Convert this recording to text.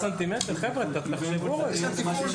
חבר'ה, תחשבו רגע.